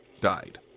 died